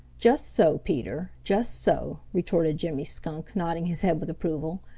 just so, peter just so, retorted jimmy skunk, nodding his head with approval.